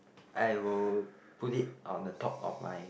I will put it on the top of my